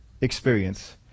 experience